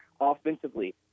Offensively